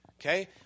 Okay